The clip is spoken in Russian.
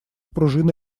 пружина